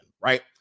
right